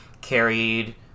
carried